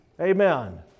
Amen